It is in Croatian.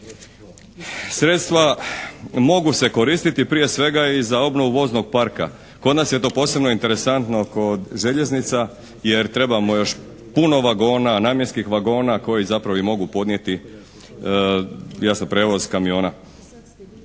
Sredstva mogu se koristiti prije svega i za obnovu voznog parka. Kod nas je to posebno interesantno kod željeznica jer trebamo još puno vagona, namjenskih vagona koji zapravo i mogu podnijeti jasno prijevoz kamiona.